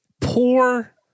poor